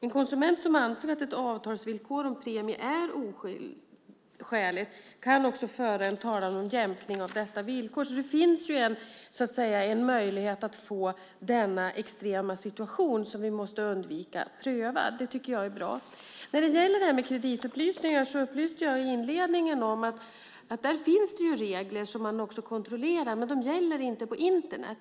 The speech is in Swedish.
En konsument som anser att ett avtalsvillkor om premie är oskäligt kan också föra en talan om jämkning av detta villkor. Det finns alltså en möjlighet att få denna extrema situation, som vi måste undvika, prövad. Det tycker jag är bra. När det gäller det här med kreditupplysningar finns det ju, som jag upplyste om i inledningen, regler, som man också kontrollerar, men de gäller inte på Internet.